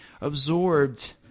absorbed